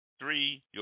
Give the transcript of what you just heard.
three